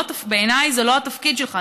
בעיניי זה לא התפקיד שלך.